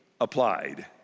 applied